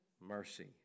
Mercy